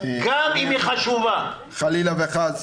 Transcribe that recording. חלילה וחס.